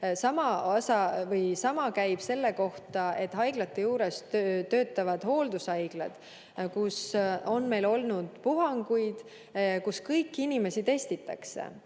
Sama kehtib selle kohta, et haiglate juures töötavad hooldushaiglad, kus meil on olnud puhanguid, kus kõiki inimesi testitakse